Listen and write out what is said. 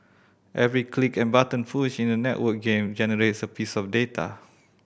every click and button push in a networked game generates a piece of data